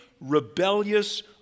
rebellious